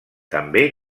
també